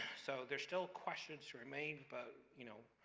so, there's still questions to remain, but you know,